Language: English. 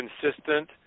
consistent